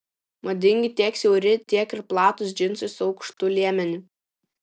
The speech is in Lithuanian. madingi tiek siauri tiek ir platūs džinsai su aukštu liemeniu